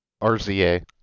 RZA